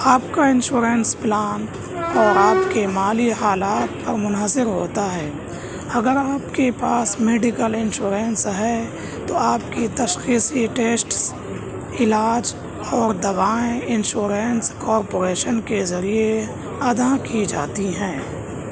آپ کا insurance plan اور آپ کے مالی حالات پر منحصر ہوتا ہے اگر آپ کے پاس میڈیکل انشورنس ہے تو آپ کی تشخیصی ٹیسٹ علاج اور دوائیں انشورنس کارپورینش کے ذریعے ادا کی جاتی ہیں